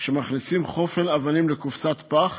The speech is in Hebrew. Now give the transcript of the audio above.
שכשמכניסים חופן אבנים לקופסת פח